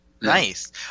Nice